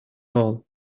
all